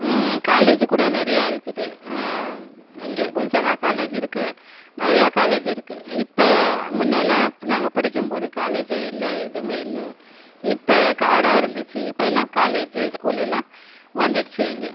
காலேஜி கூட நிறையா இருக்குது இங்கே கொன்சாகா காலேஜ் இருக்குது நிறையா காலேஜி இருக்குது இப்போ முன்னேலாம் நாங்கள் படிக்கும்போது காலேஜு இல்லை எதுவுமே இல்லை இப்போ காடாக இருந்துச்சு இப்போ எல்லாம் காலேஜி ஸ்கூல் எல்லாம் வந்துடுச்சு இங்கே